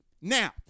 Now